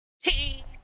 Hey